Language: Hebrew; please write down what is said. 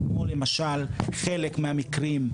כמו למשל חלק מהמקרים,